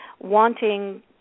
wanting